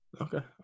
Okay